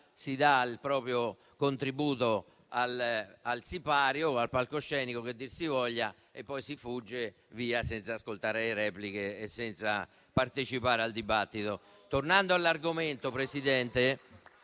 si dà il proprio contributo al sipario o al palcoscenico che dir si voglia e poi si fugge via senza ascoltare le repliche e senza partecipare al dibattito. Tornando all'argomento, Presidente,